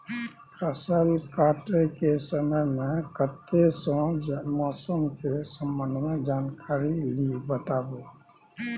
फसल काटय के समय मे कत्ते सॅ मौसम के संबंध मे जानकारी ली बताबू?